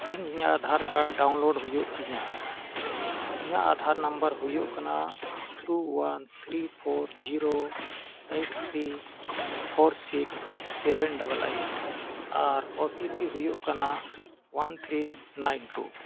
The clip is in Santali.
ᱤᱧ ᱤᱧᱟᱹᱜ ᱦᱩᱭᱩᱜ ᱛᱤᱧᱟ ᱤᱧᱟᱹᱜ ᱦᱩᱭᱩᱜ ᱠᱟᱱᱟ two one three four zero eight three four six seven eight ᱟᱨ ᱦᱩᱭᱩᱜ ᱠᱟᱱᱟ ᱚᱣᱟᱱ ᱛᱷᱨᱤ ᱱᱟᱭᱤᱱ ᱴᱩ